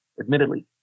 admittedly